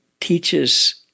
teaches